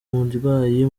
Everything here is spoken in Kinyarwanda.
umurwayi